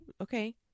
okay